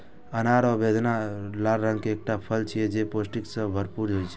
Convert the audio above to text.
अनार या बेदाना लाल रंग के एकटा फल छियै, जे पौष्टिकता सं भरपूर होइ छै